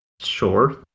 sure